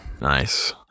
Nice